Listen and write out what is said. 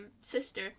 sister